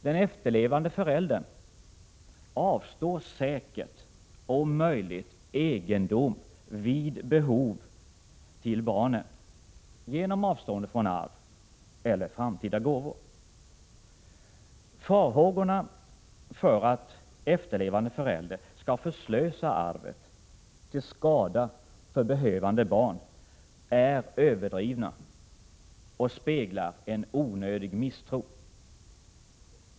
Den efterlevande föräldern avstår säkert om möjligt egendom vid behov till barnen genom avstående från arv eller framtida gåvor. Farhågorna för att den efterlevande föräldern skall förslösa arvet till skada för behövande barn är överdrivna och speglar en onödig misstro.